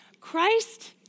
Christ